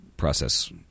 process